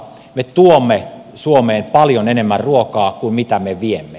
me tuomme suomeen paljon enemmän ruokaa kuin mitä me viemme